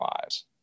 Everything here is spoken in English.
lives